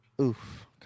Oof